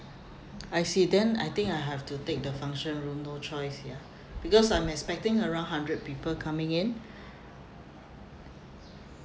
I see then I think I have to take the function room no choice ya because I'm expecting around hundred people coming in